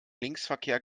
linksverkehr